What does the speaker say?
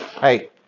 hey